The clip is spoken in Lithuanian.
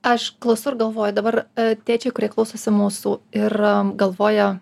aš klausau ir galvoju dabar tėčiai kurie klausosi mūsų ir galvoja